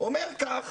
אומר כך: